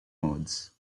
modes